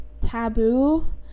taboo